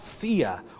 fear